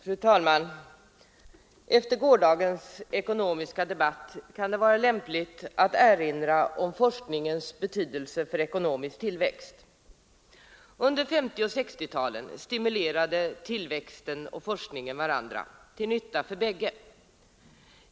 Fru talman! Efter gårdagens ekonomiska debatt kan det vara lämpligt att erinra om forskningens betydelse för ekonomisk tillväxt. Under 1950 och 1960-talen stimulerade tillväxt och forskning varandra till nytta för båda.